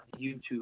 YouTube